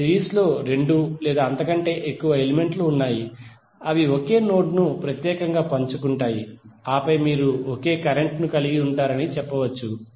ఇప్పుడు సిరీస్ లో రెండు లేదా అంతకంటే ఎక్కువ ఎలిమెంట్లు ఉన్నాయి అవి ఒకే నోడ్ ను ప్రత్యేకంగా పంచుకుంటాయి ఆపై మీరు అదే ఒకే కరెంట్ ను కలిగి ఉంటారని చెప్పవచ్చు